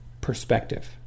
perspective